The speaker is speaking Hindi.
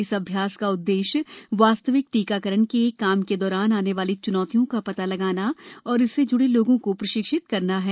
इस अभ्यास का उद्देश्य वास्तविक टीकाकरण के काम के दौरान आने वाली च्नौतियों का पता लगाना तथा इससे ज्डे लोगों को प्रशिक्षित करना है